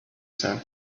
sand